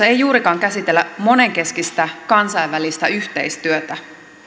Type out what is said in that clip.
ei juurikaan käsitellä monenkeskistä kansainvälistä yhteistyötä